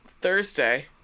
Thursday